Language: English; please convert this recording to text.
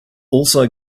also